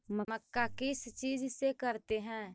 मक्का किस चीज से करते हैं?